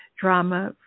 drama